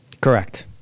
Correct